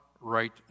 right